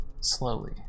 slowly